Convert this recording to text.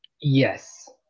yes